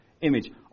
image